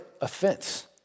offense